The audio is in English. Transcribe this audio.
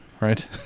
right